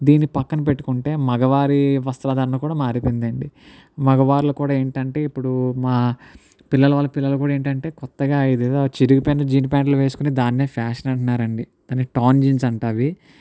దీన్ని పక్కన పెట్టుకుంటే మగవారి వస్త్రధారణ కూడా మారిపోయింది అండి మొగవార్లు కూడా ఏంటి అంటే ఇప్పుడు మా పిల్లలు వాళ్ళ పిల్లలు కూడా ఏంటి అంటే కొత్తగా ఇదేదో చిరిగిపోయిన జీన్ పాంట్లు వేసుకోని దాన్నే ఫ్యాషన్ అంటున్నారు అండి దాని టోర్న్ జీన్స్ అంట అవి